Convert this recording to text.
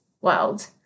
world